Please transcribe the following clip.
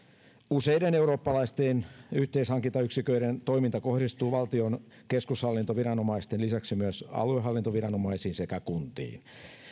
useiden eurooppalaisten yhteishankintayksiköiden toiminta kohdistuu valtion keskushallintoviranomaisten lisäksi aluehallintoviranomaisiin sekä kuntiin